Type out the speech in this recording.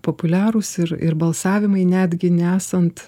populiarūs ir ir balsavimai netgi nesant